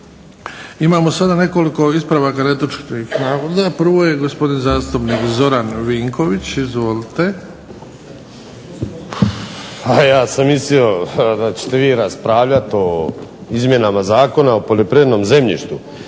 Imamo sada nekoliko ispravaka netočnih navoda. Prvo je gospodin zastupnik Zoran Vinković. Izvolite. **Vinković, Zoran (HDSSB)** A ja sam mislio da ćete vi raspravljat o izmjenama Zakona o poljoprivrednom zemljištu,